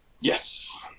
Yes